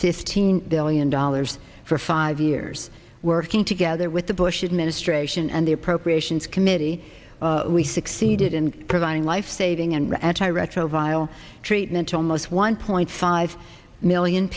fifteen billion dollars for five years working together with the bush administration and the appropriations committee we succeeded in providing lifesaving and anti retroviral treatment to almost one point five million